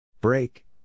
Break